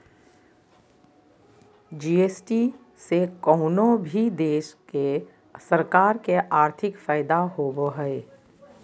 GST से कउनो भी देश के सरकार के आर्थिक फायदा होबो हय